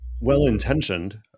well-intentioned